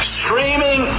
streaming